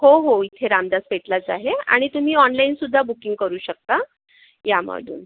हो हो इथे रामदास पेठलाच आहे आणि तुम्ही ऑनलाइन सुद्धा बूकिंग करू शकता यामधून